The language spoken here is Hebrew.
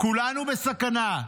כולנו בסכנה.